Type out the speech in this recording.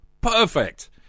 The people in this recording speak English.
Perfect